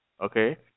okay